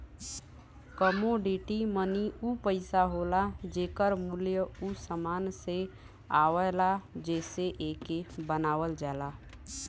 commodity money उ पइसा होला जेकर मूल्य उ समान से आवला जेसे एके बनावल जाला